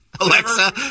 Alexa